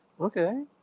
Okay